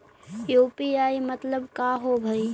UPI मतलब का होब हइ?